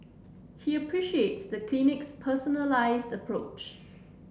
he appreciates the clinic's personalised approach